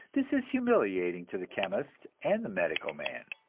this is humiliating to the chemist and the medical man,